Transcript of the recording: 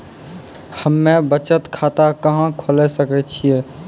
हम्मे बचत खाता कहां खोले सकै छियै?